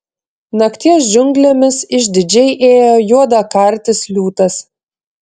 nakties džiunglėmis išdidžiai ėjo juodakartis liūtas